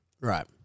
Right